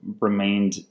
remained